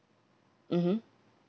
mmhmm